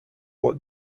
what